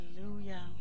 Hallelujah